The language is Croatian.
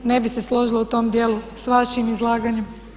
Ne bih se složila u tom dijelu s vašim izlaganjem.